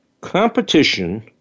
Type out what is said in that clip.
Competition